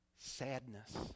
Sadness